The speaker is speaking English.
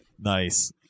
Nice